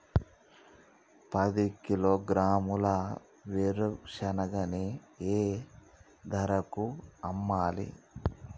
పది కిలోగ్రాముల వేరుశనగని ఏ ధరకు అమ్మాలి?